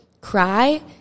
cry